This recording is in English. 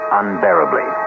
unbearably